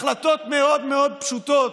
החלטות מאוד מאוד פשוטות.